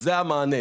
זה המענה,